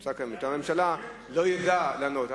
שנמצא כאן מטעם הממשלה לא ידע לענות.